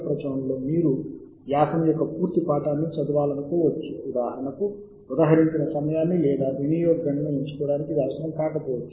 సంభాషణలో తప్పక మేము తీసుకోవాలనుకుంటున్న సమాచారము యొక్క ఆకృతిని ఎంచుకోండి